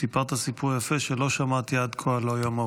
סיפרת סיפור יפה שלא שמעתי עד כה על היום ההוא.